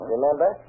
Remember